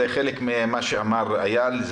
זה חלק ממה שאמר איל בן ראובן,